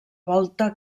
volta